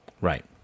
Right